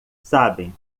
sabem